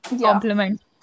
Compliment